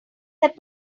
that